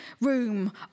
room